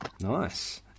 Nice